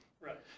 right